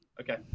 Okay